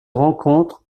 rencontre